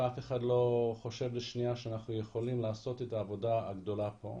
ואף אחד לא חושב לשנייה שאנחנו יכולים לעשות את העבודה הגדולה פה.